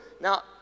Now